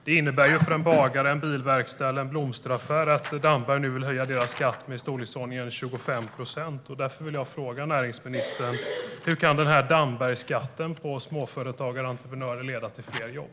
Det innebär för en bagare, en bilverkstad eller en blomsteraffär att Damberg nu vill höja deras skatt med i storleksordningen 25 procent. Därför vill jag fråga näringsministern: Hur kan denna Dambergsskatt på småföretagare och entreprenörer leda till fler jobb?